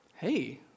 Hey